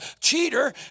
cheater